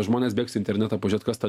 žmonės bėgs į internetą pažiūrėt kas ta